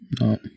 No